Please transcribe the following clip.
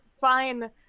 fine